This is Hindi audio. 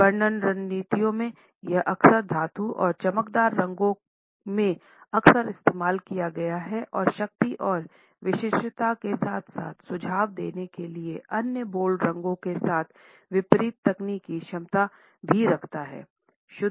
विपणन रणनीतियों में यह अक्सर धातु और चमकदार रंगों में अक्सर इस्तेमाल किया गया है और शक्ति और विशिष्टता के साथ साथ सुझाव देने के लिए अन्य बोल्ड रंगों के साथ विपरीत तकनीकी क्षमता भी रखता है